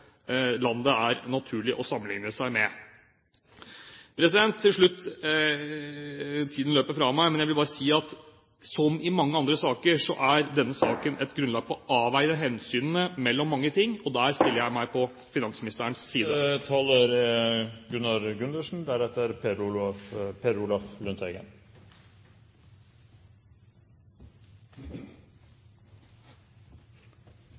er naturlig å sammenligne seg med. Til slutt – tiden løper fra meg – vil jeg bare si at som mange andre saker er denne saken et grunnlag for å avveie hensynene mellom mange ting, og her stiller jeg meg på finansministerens side.